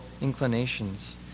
inclinations